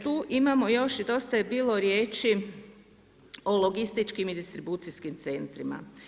Tu imamo još i dosta je bilo riječi o logističkim i distribucijskim centrima.